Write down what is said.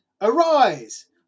arise